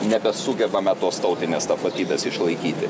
nebesugebame tos tautinės tapatybės išlaikyti